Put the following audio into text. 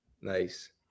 Nice